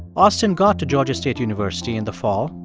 austin got to georgia state university in the fall,